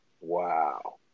Wow